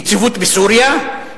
יציבות בסוריה,